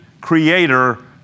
creator